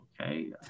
Okay